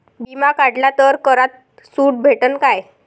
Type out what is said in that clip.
बिमा काढला तर करात सूट भेटन काय?